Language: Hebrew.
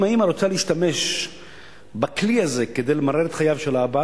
אם האמא רוצה להשתמש בכלי הזה כדי למרר את חייו של אבא,